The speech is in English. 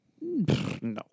No